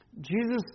Jesus